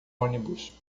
ônibus